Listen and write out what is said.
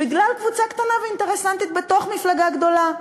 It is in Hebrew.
בגלל קבוצה קטנה ואינטרסנטית בתוך מפלגה גדולה,